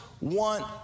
want